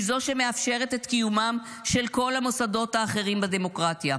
זו שמאפשרת את קיומם של כל המוסדות האחרים בדמוקרטיה.